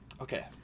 Okay